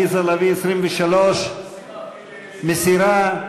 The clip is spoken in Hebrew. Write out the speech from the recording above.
עליזה לביא, הסתייגות 23. מסירה.